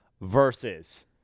versus